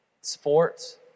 sports